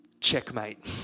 Checkmate